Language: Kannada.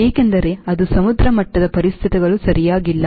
ಏಕೆಂದರೆ ಅದು ಸಮುದ್ರಮಟ್ಟದ ಪರಿಸ್ಥಿತಿಗಳು ಸರಿಯಾಗಿಲ್ಲ